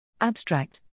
Abstract